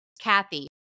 Kathy